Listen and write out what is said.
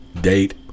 date